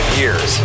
years